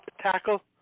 tackle